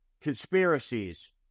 conspiracies